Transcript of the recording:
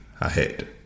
ahead